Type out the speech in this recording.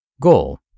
Goal